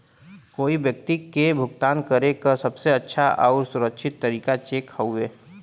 कोई व्यक्ति के भुगतान करे क सबसे अच्छा आउर सुरक्षित तरीका चेक हउवे